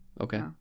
Okay